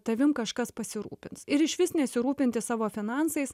tavim kažkas pasirūpins ir išvis nesirūpinti savo finansais